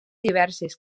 diverses